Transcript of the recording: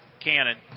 Cannon